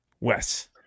Wes